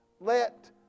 let